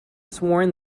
sworn